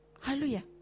hallelujah